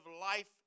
life